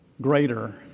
greater